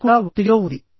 ఆవు కూడా ఒత్తిడిలో ఉంది